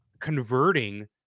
converting